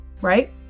right